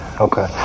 okay